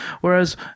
Whereas